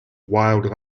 wild